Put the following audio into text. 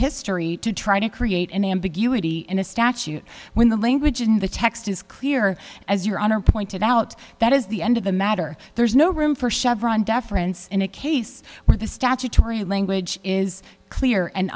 history to try to create an ambiguity in a statute when the language in the text is clear as your honor pointed out that is the end of the matter there's no room for chevron deference in a case where the statutory language is clear and